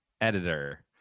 editor